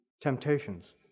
temptations